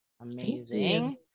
amazing